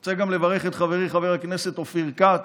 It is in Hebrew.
אני רוצה גם לברך את חברי חבר הכנסת אופיר כץ,